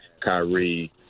Kyrie